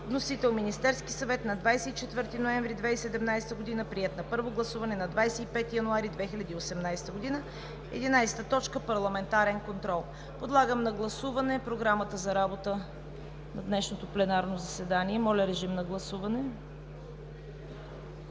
Вносител – Министерският съвет, 24 ноември 2017 г. Приет на първо гласуване на 25 януари 2018 г. 11. Парламентарен контрол.“ Подлагам на гласуване Програмата за работа на днешното пленарно заседание. Гласували